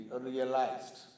realized